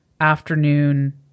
afternoon